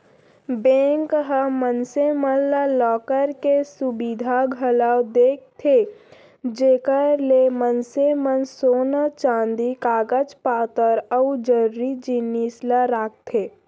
bank ह मनसे मन ला लॉकर के सुबिधा घलौ देथे जेकर ले मनसे मन सोन चांदी कागज पातर अउ जरूरी जिनिस ल राखथें